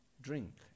drink